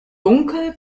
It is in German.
dunkel